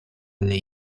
alle